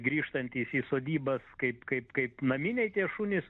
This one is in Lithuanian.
grįžtantys į sodybas kaip kaip kaip naminiai tie šunys